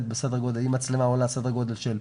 אם מצלמה עולה סדר גודל של,